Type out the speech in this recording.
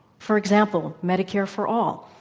for example, medicare for all.